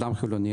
אדם חילוני,